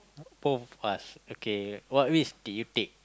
both of us okay what risk did you take